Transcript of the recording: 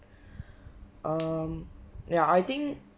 um ya I think